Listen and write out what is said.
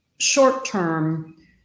short-term